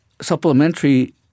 supplementary